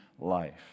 life